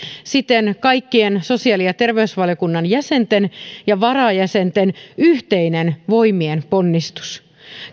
siten kaikkien sosiaali ja terveysvaliokunnan jäsenten ja varajäsenten yhteinen voimienponnistus